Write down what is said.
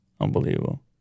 Unbelievable